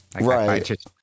right